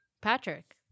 Patrick